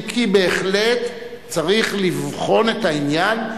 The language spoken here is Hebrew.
אם כי בהחלט צריך לבחון את העניין,